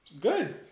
Good